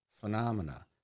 phenomena